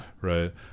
Right